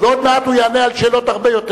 ועוד מעט הוא יענה על שאלות הרבה יותר